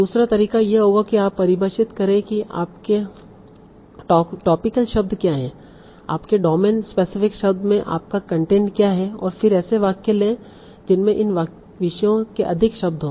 दूसरा तरीका यह होगा कि आप परिभाषित करें कि आपके टोपिकल शब्द क्या हैं आपके डोमेन स्पेसिफिक शब्द में आपका कंटेंट क्या हैं और फिर ऐसे वाक्य लें जिनमें इन विषयों के अधिक शब्द हों